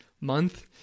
month